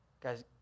Guys